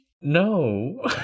No